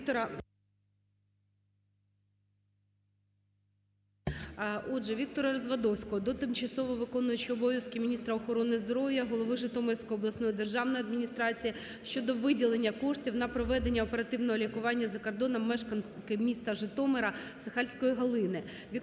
Віктора Развадовського до тимчасово виконуючої обов'язки міністра охорони здоров'я України, голови Житомирської обласної державної адміністрації щодо виділення коштів на проведення оперативного лікування за кордоном мешканки міста Житомира Сохальської Галини.